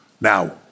now